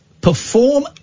perform